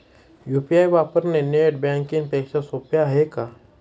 UPI वापरणे net banking पेक्षा सोपे आहे का?